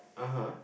(uh huh)